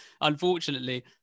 unfortunately